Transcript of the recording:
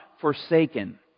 forsaken